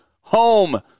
home